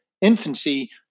infancy